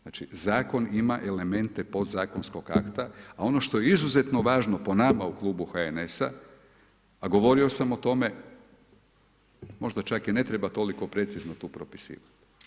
Znači zakon ima elemente podzakonskog akta a ono što je izuzetno važno po nama u klubu HNS-a govorio sam o tome, možda čak i ne treba toliko precizno tu propisivati.